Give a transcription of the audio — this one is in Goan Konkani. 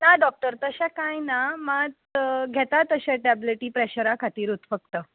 ना डॉक्टर तशें कांय ना मात घेता तशें टॅबलेटी प्रेशरा खातीरूच फक्त